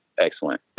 excellent